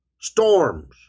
storms